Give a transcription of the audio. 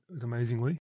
amazingly